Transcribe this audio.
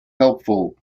helpful